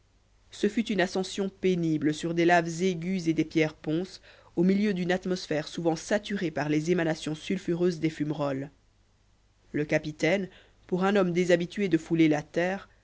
ce fut une ascension pénible sur des laves aiguës et des pierres ponces au milieu d'une atmosphère souvent saturée par les émanations sulfureuses des fumerolles le capitaine pour un homme déshabitué de fouler la terre